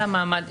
זה המעמד.